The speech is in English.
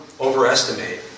overestimate